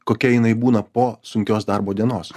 kokia jinai būna po sunkios darbo dienos